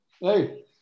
Hey